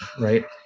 right